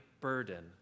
burden